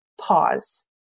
pause